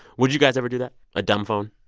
would you guys ever do that, a dumb phone?